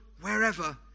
wherever